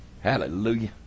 Hallelujah